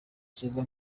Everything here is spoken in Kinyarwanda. kiza